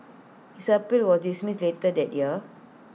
his appeal was dismissed later that year